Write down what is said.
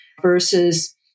versus